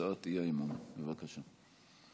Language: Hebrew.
הצעת האי-אמון, בבקשה.